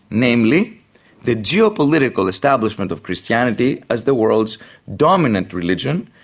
namely the geopolitical establishment of christianity as the world's dominant religion,